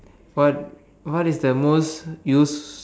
what what is the most use